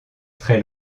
très